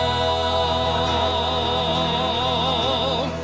oh